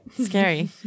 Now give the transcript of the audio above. Scary